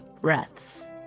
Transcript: breaths